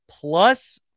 Plus